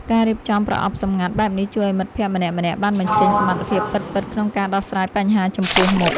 ការរៀបចំប្រអប់សម្ងាត់បែបនេះជួយឱ្យមិត្តភក្តិម្នាក់ៗបានបញ្ចេញសមត្ថភាពពិតៗក្នុងការដោះស្រាយបញ្ហាចំពោះមុខ។